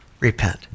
repent